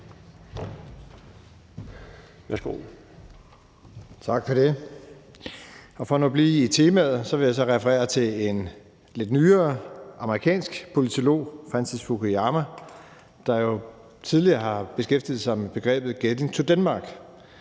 Tak for det. For nu at blive i temaet vil jeg referere til en lidt nyere amerikansk politolog, Francis Fukuyama, der tidligere har beskæftiget sig med begrebet getting to Denmark,